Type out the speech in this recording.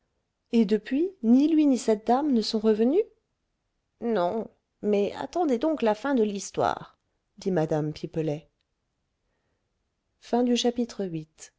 et depuis ni lui ni cette dame ne sont revenus non mais attendez donc la fin de l'histoire dit mme pipelet ix les